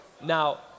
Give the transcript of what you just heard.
Now